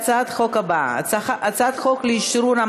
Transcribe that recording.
הצעת חוק הזכות לעבודה בישיבה (תיקון,